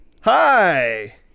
hi